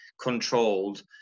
controlled